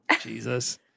Jesus